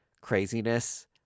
craziness